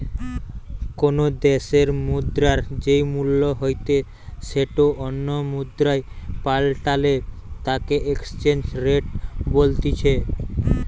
কোনো দ্যাশের মুদ্রার যেই মূল্য হইতে সেটো অন্য মুদ্রায় পাল্টালে তাকে এক্সচেঞ্জ রেট বলতিছে